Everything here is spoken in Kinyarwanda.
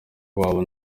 wabo